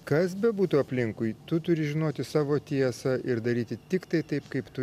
kas bebūtų aplinkui tu turi žinoti savo tiesą ir daryti tiktai taip kaip tu